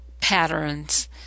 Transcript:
patterns